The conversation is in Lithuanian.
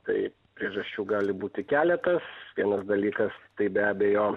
tai priežasčių gali būti keletas vienas dalykas tai be abejo